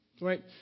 Right